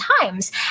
times